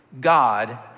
God